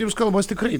jums kalbos tikrai